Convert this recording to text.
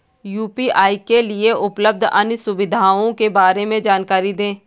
UPI के लिए उपलब्ध अन्य सुविधाओं के बारे में जानकारी दें?